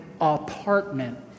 apartment